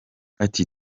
ati